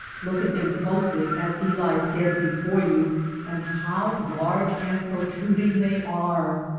look at them close ly as he lies dead before you and how large and protruding they are!